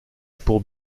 pour